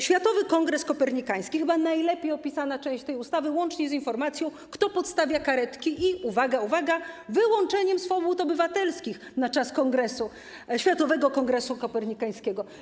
Światowy Kongres Kopernikański - chyba najlepiej opisana część tej ustawy, łącznie z informacją, kto podstawia karetki, i uwaga, uwaga, z wyłączeniem swobód obywatelskich na czas Światowego Kongresu Kopernikańskiego.